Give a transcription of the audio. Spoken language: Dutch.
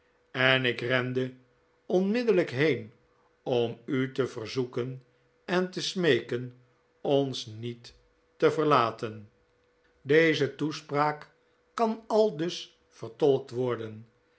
en ik rende onmiddellijk heen om u te verzoeken en te smeeken ons niet te verlaten deze toespraak kan aldus vertolkt worden